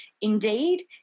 indeed